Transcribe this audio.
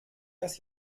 das